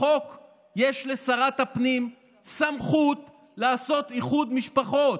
בחוק יש לשרת הפנים סמכות לעשות איחוד משפחות.